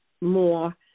more